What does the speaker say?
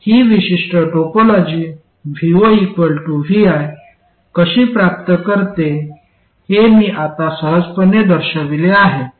ही विशिष्ट topology vo vi कशी प्राप्त करते हे मी आता सहजपणे दर्शविले आहे